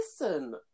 listen